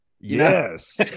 Yes